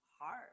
hard